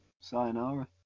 Sayonara